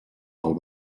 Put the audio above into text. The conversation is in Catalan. del